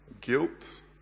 guilt